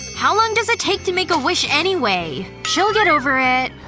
how long does it take to make a wish, anyway? she'll get over it.